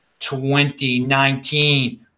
2019